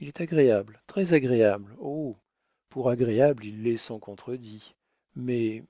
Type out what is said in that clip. il est agréable très-agréable oh pour agréable il l'est sans contredit mais